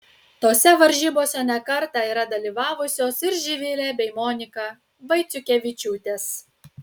tose varžybose ne kartą yra dalyvavusios ir živilė bei monika vaiciukevičiūtės